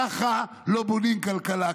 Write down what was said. ככה לא בונים כלכלה,